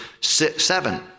seven